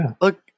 look